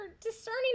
discerning